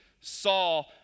Saul